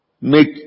make